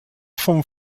vom